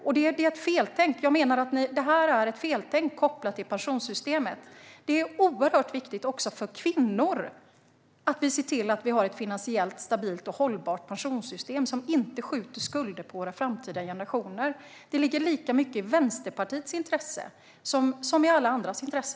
Det är ett feltänk. Jag menar att detta är ett feltänk kopplat till pensionssystemet. Det är oerhört viktigt också för kvinnor att vi ser till att vi har ett finansiellt stabilt och hållbart pensionssystem som inte skjuter skulder på våra framtida generationer. Det ligger lika mycket i Vänsterpartiets intresse som i alla andras intresse.